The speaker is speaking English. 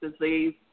disease